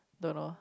don't know